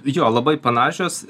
jo labai panašios